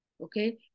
okay